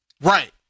Right